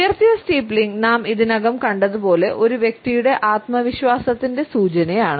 ഉയർത്തിയ സ്റ്റീപ്ലിംഗ് നാം ഇതിനകം കണ്ടതുപോലെ ഒരു വ്യക്തിയുടെ ആത്മവിശ്വാസത്തിന്റെ സൂചനയാണ്